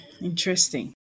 Interesting